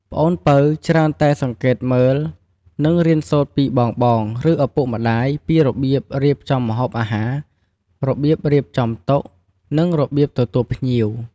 ប្អូនពៅច្រើនតែសង្កេតមើល និងរៀនសូត្រពីបងៗ ឬឪពុកម្ដាយពីរបៀបរៀបចំម្ហូបអាហារ របៀបរៀបចំតុ និងរបៀបទទួលភ្ញៀវ។